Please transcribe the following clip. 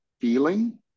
feeling